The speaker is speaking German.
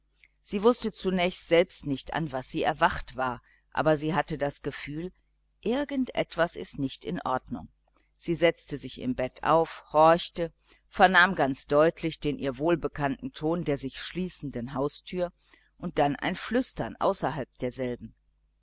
sie wußte zunächst selbst nicht an was sie erwacht war aber sie hatte das gefühl irgend etwas ist nicht in ordnung sie setzte sich im bett auf horchte vernahm ganz deutlich den ihr wohlbekannten ton der sich schließenden haustüre und dann ein flüstern außerhalb derselben